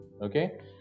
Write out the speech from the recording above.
okay